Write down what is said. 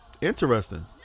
Interesting